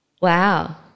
wow